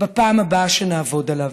בפעם הבאה שנעבוד עליו?